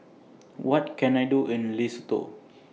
What Can I Do in Lesotho